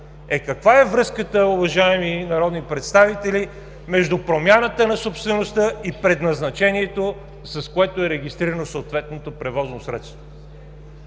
Каква е връзката, уважаеми народни представители, между промяната на собствеността и предназначението, с което е регистрирано съответното превозно средство?